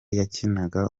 yakinaga